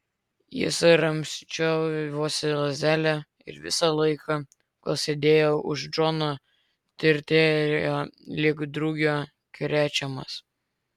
jis ramsčiavosi lazdele ir visą laiką kol sėdėjo už džono tirtėjo lyg drugio krečiamas